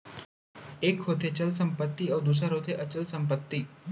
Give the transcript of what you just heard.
एक होथे चल संपत्ति अउ दूसर होथे अचल संपत्ति